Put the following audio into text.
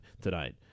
tonight